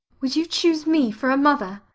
would you choose me for a mother?